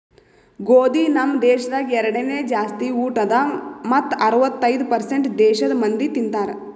ಗೋದಿ ನಮ್ ದೇಶದಾಗ್ ಎರಡನೇ ಜಾಸ್ತಿ ಊಟ ಅದಾ ಮತ್ತ ಅರ್ವತ್ತೈದು ಪರ್ಸೇಂಟ್ ದೇಶದ್ ಮಂದಿ ತಿಂತಾರ್